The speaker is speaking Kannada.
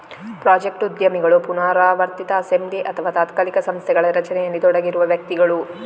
ಪ್ರಾಜೆಕ್ಟ್ ಉದ್ಯಮಿಗಳು ಪುನರಾವರ್ತಿತ ಅಸೆಂಬ್ಲಿ ಅಥವಾ ತಾತ್ಕಾಲಿಕ ಸಂಸ್ಥೆಗಳ ರಚನೆಯಲ್ಲಿ ತೊಡಗಿರುವ ವ್ಯಕ್ತಿಗಳು